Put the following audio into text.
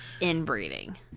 inbreeding